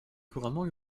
couramment